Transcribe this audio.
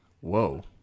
Whoa